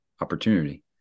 opportunity